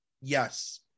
Yes